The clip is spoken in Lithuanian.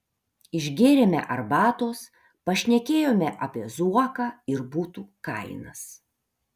išgėrėme arbatos pašnekėjome apie zuoką ir butų kainas